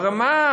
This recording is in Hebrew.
ברמה,